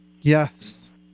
Yes